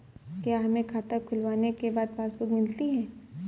क्या हमें खाता खुलवाने के बाद पासबुक मिलती है?